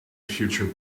future